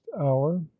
hour